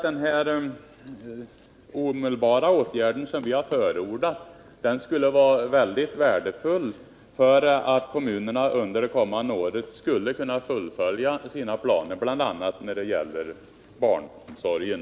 Den omedelbara åtgärd som vi har förordat vore väldigt värdefull, om kommunerna i fortsättningen skall kunna fullfölja sina planer bl.a. när det gäller barnomsorgen.